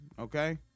okay